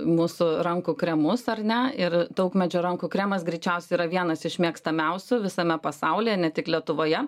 mūsų rankų kremus ar ne ir taukmedžio rankų kremas greičiausiai yra vienas iš mėgstamiausių visame pasaulyje ne tik lietuvoje